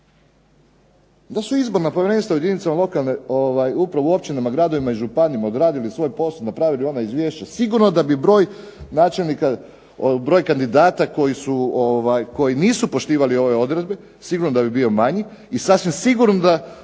Da su izborna povjerenstva u jedinicama lokalne uprave u općinama, gradovima i županijama odradili svoj posao, napravili ona izvješća, sigurno da bi broj načelnika, broj kandidata koji su, koji nisu poštivali ove odredbe, sigurno da bi bio manji, i sasvim sigurno da